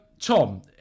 Tom